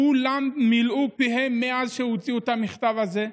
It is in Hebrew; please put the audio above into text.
כולם מילאו פיהם מאז שהוציאו את המכתב הזה.